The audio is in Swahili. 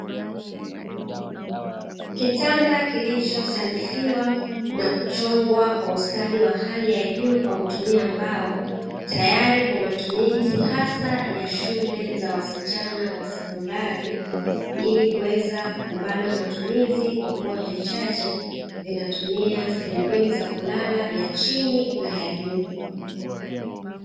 Kitanda kilichosanifiwa na kuchongwa kwa ustadi wa hali ya juu kwa kutumia mbao, tayari kwa matumizi hasa ya shule za wasichana wa sekondari. Ili kuweza kubana matumizi kwa kuwa vichache vinatumia sehemu mbili za kulala ya chini na ya juu.